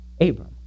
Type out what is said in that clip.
Abram